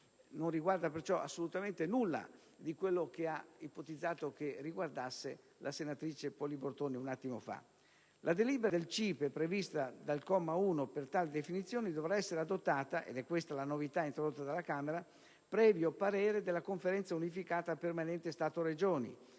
Non riguarda perciò assolutamente nulla di quanto ipotizzato dalla senatrice Poli Bortone un attimo fa. La delibera del CIPE prevista dal comma 1 per tale definizione dovrà essere adottata, ed è questa la novità introdotta dalla Camera, previo parere della Conferenza unificata permanente Stato-Regioni,